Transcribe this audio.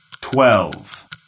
twelve